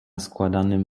składanym